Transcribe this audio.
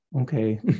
okay